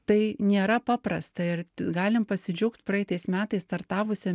tai nėra paprasta ir galim pasidžiaugt praeitais metais startavusiom